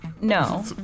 No